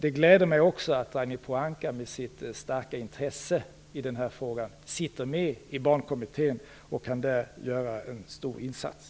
Det gläder mig också att Ragnhild Pohanka, med sitt starka intresse för den här frågan, sitter med i Barnkommittén och där kan göra en stor insats.